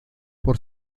por